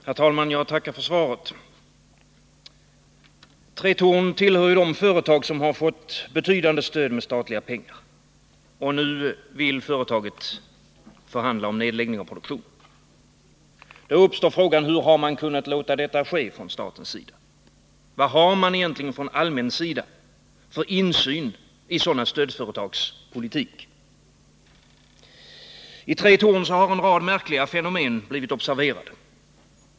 Herr talman! Jag tackar för svaret. Tretorn tillhör de företag som har fått betydande stöd med statliga medel. Nu vill företaget förhandla om nedläggning av produktionen. Då uppstår frågan hur man från statens sida har kunnat låta detta ske. Vilken insyn har egentligen det allmänna i stödföretagen? I fallet Tretorn har en rad märkliga fenomen blivit observerade.